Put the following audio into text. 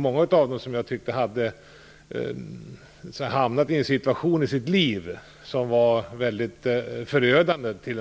Många av dem har hamnat i en förödande